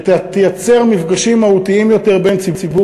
שתייצר מפגשים מהותיים יותר בין ציבור